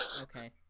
Okay